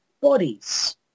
bodies